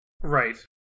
Right